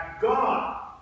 God